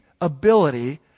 ability